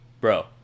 bro